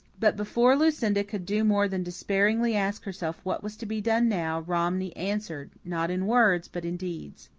but before lucinda could do more than despairingly ask herself what was to be done now, romney answered not in words, but in deeds.